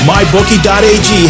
MyBookie.ag